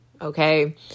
Okay